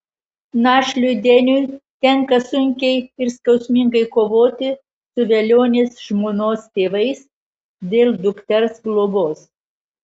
našliui deniui tenka sunkiai ir skausmingai kovoti su velionės žmonos tėvais dėl dukters globos